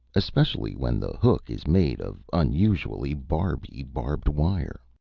especially when the hook is made of unusually barby barbed wire.